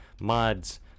mods